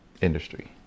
industry